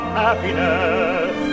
happiness